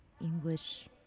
english